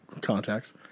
contacts